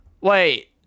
wait